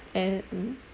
and mm